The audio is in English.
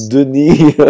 Denis